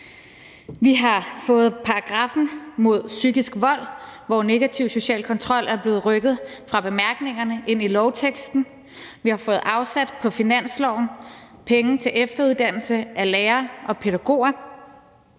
Vi har fået paragraffen mod psykisk vold, hvor negativ social kontrol er blevet rykket fra bemærkningerne ind i lovteksten. Vi har fået afsat penge på finansloven til efteruddannelse af lærere og pædagoger.